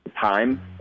time